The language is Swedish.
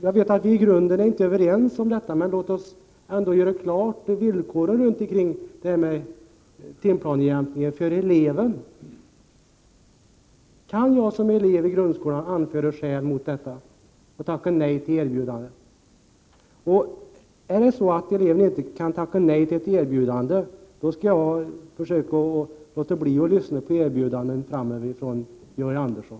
Jag vet att vi i grunden inte är överens, men låt oss ändå göra klart hur villkoren för eleven ser ut när det gäller timplanejämkning. Kan en elev i grundskolan anföra skäl mot en individuell timplanejämkning och tacka nej till erbjudandet? Om eleven inte kan tacka nej, skall jag framöver försöka låta bli att lyssna på erbjudanden från Georg Andersson.